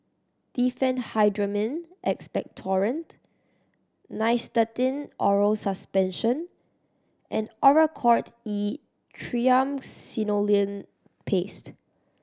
Diphenhydramine Expectorant Nystatin Oral Suspension and Oracort E Triamcinolone Paste